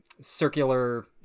circular